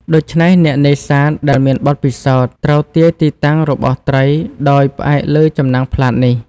ដូច្នេះ អ្នកនេសាទដែលមានបទពិសោធន៍ត្រូវទាយទីតាំងរបស់ត្រីដោយផ្អែកលើចំណាំងផ្លាតនេះ។